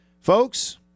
Folks